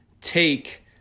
Take